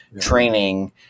training